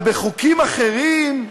אבל בחוקים אחרים,